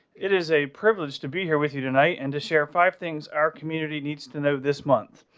it is a privilege to be here with you tonight and to share five things. our community needs to know this month.